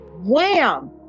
Wham